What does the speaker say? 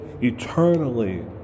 eternally